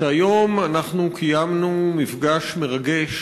שהיום אנחנו קיימנו מפגש מרגש